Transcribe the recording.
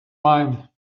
mine